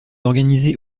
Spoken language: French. organisé